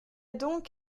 donc